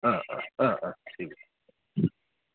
অঁ অঁ অঁ অঁ ঠিক আছে